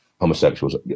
homosexuals